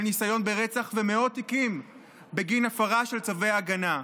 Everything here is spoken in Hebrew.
ניסיון רצח ומאות תיקים בגין הפרה של צווי הגנה.